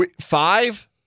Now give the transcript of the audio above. Five